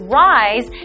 rise